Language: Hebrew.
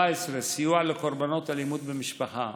סיוע לקורבנות אלימות במשפחה: